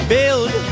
Build